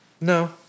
No